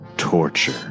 Torture